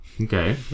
Okay